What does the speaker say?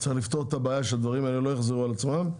לפתור את הבעיה כדי שהדברים לא יחזרו על עצמם.